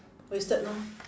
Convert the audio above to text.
wasted lor